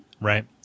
right